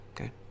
okay